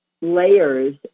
layers